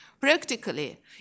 Practically